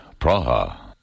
Praha